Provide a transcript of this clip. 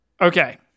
Okay